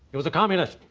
he was a communist.